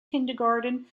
kindergarten